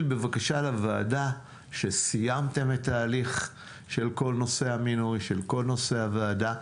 בבקשה לוועדה שסיימתם את ההליך של כל נושא המינוי של כל נושא הוועדה,